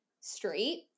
straight